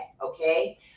okay